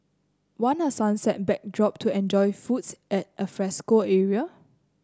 want a sunset backdrop to enjoy foods at alfresco area